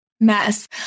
mess